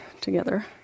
together